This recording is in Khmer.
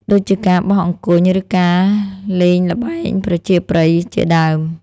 ដូចជាការបោះអង្គញ់ ឬការលេងល្បែងប្រជាប្រិយជាដើម។